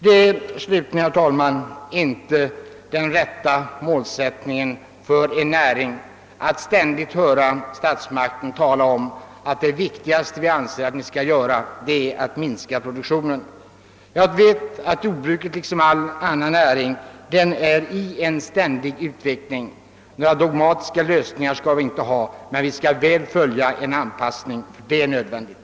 Det kan slutligen, herr talman, inte vara i linje med en riktig målsättning för en näring att statsmakten ständigt talar om att »det viktigaste ni skall göra är att minska produktionen». Jordbruket liksom varje annan näring befinner sig i en ständig utveckling. Vi skall inte ha några dogmatiska lösningar, men vi skall väl följa med under anpassning. Det är nödvändigt.